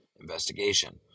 investigation